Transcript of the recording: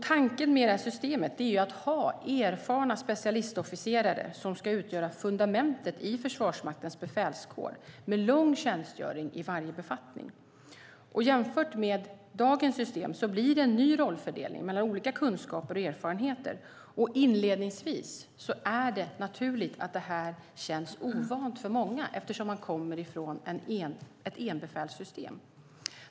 Tanken med systemet är att ha erfarna specialistofficerare som ska utgöra fundamentet i Försvarsmaktens befälskår, med lång tjänstgöring i varje befattning. Jämfört med dagens system blir det en ny rollfördelning mellan olika kunskaper och erfarenheter. Inledningsvis är det naturligt att detta känns ovant för många, eftersom man kommer från ett enbefälssystem.